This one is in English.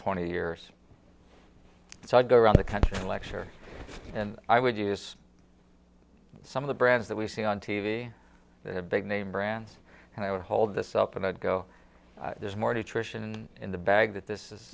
twenty years so i go around the country and lecture and i would use some of the brands that we see on t v the big name brands and i would hold this up and i'd go there's more to trish and in the bag that this